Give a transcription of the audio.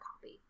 copy